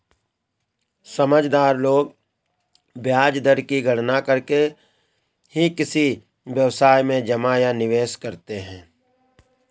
समझदार लोग ब्याज दर की गणना करके ही किसी व्यवसाय में जमा या निवेश करते हैं